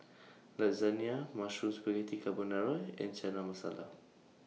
Lasagne Mushroom Spaghetti Carbonara and Chana Masala